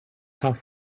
tough